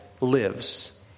lives